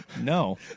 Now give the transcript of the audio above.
no